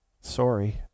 Sorry